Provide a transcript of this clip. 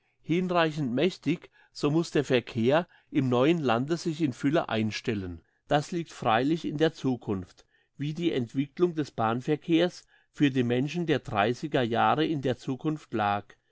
hinreichend mächtig so muss der verkehr im neuen lande sich in fülle einstellen das liegt freilich in der zukunft wie die entwicklung des bahnverkehrs für die menschen der dreissiger jahre in der zukunft lag